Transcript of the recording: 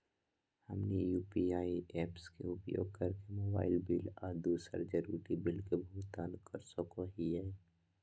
हमनी UPI apps के उपयोग करके मोबाइल बिल आ दूसर जरुरी बिल के भुगतान कर सको हीयई